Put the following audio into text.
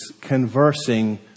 conversing